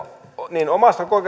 niin omasta